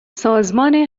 سازمان